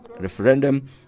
referendum